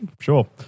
Sure